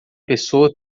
pessoa